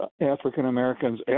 African-Americans